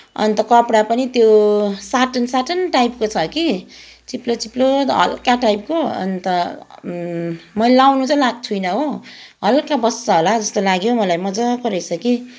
अन्त कपडा पनि त्यो साटन साटन टाइपको छ कि चिप्लो चिप्लो हल्का टाइपको अन्त मैले लाउनु त लाएको छुइनँ हो हल्का बस्छ होला जस्तो लाग्यो मलाई मज्जाको रहेछ कि